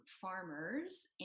Farmers